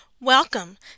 Welcome